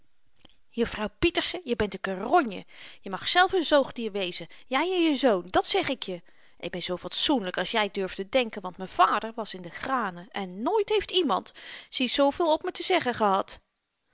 pieterse je bent n keronje je mag zelf n zoogdier wezen jy en je zoon dat zeg ik je ik ben zoo fatsoenlyk als jy durft te denken want m'n vader was in de granen en nooit heeft iemand zie zooveel op me te zeggen gehad